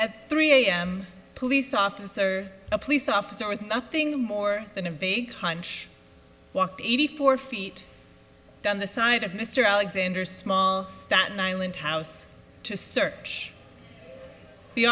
at three am police officer a police officer with nothing more than a vague hunch walked eighty four feet down the side of mr alexander small staten island house to search the